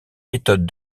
méthodes